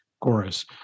chorus